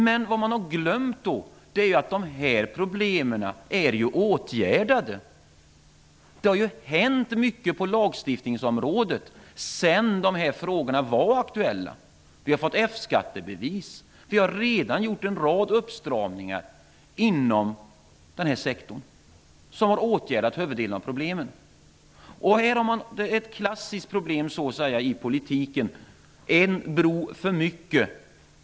Men vad man har glömt är att de här problemen är åtgärdade. Det har hänt mycket på lagstiftningsområdet sedan de här frågorna var aktuella. Vi har fått F-skattebevis. Vi har redan gjort en rad uppstramningar inom den här sektorn. Här är ett klassiskt problem i politiken: en bro för mycket.